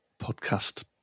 podcast